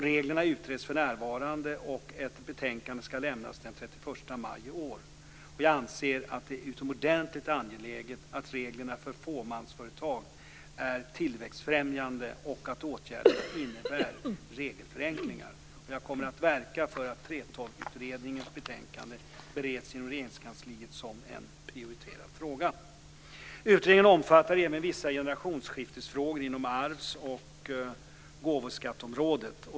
Reglerna utreds för närvarande och ett betänkande ska lämnas den 31 maj i år. Jag anser att det är utomordentligt angeläget att reglerna för fåmansföretag är tillväxtfrämjande och att åtgärderna innebär regelförenklingar. Jag kommer att verka för att 3:12-utredningens betänkande bereds inom Regeringskansliet som en prioriterad fråga. Utredningen omfattar även vissa generationsskiftesfrågor inom arvs och gåvoskatteområdet.